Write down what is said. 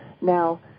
Now